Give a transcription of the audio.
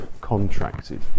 contracted